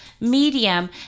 medium